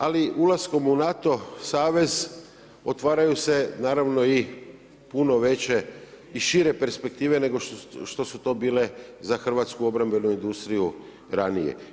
Ali ulaskom u NATO savez otvaraju se naravno i puno veće i šire perspektive nego što su to bile za hrvatsku obrambenu industriju ranije.